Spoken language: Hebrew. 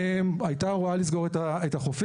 הייתה הוראה לסגור את החופים,